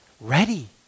ready